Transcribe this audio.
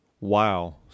Wow